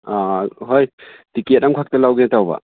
ꯑꯥ ꯍꯣꯏ ꯇꯤꯀꯦꯠ ꯑꯃꯈꯛꯇ ꯂꯧꯒꯦ ꯇꯧꯕ